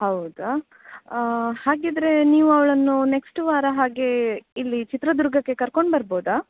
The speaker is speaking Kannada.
ಹೌದಾ ಹಾಗಿದ್ದರೆ ನೀವು ಅವಳನ್ನು ನೆಕ್ಸ್ಟ್ ವಾರ ಹಾಗೆ ಇಲ್ಲಿ ಚಿತ್ರದುರ್ಗಕ್ಕೆ ಕರ್ಕೊಂಡು ಬರ್ಬೋದ